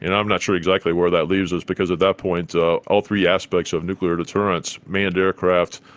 and i'm not sure exactly where that leaves us because at that point all three aspects of nuclear deterrence manned aircraft,